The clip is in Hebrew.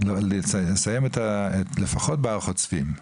לסיים לפחות בהר חוצבים,